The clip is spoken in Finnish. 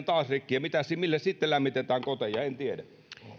taas rikki ja milläs sitten lämmitetään koteja en tiedä